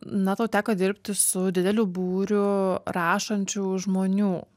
na tau teko dirbti su dideliu būriu rašančių žmonių